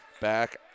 Back